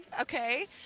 okay